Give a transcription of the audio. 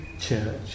Church